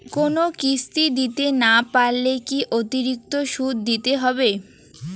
কোনো কিস্তি দিতে না পারলে কি অতিরিক্ত সুদ দিতে হবে?